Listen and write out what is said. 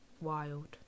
Wild